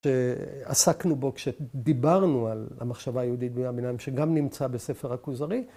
‫שעסקנו בו כשדיברנו על המחשבה ‫היהודית בימי הביניים ‫שגם נמצא בספר הכוזרי.